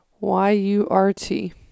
Y-U-R-T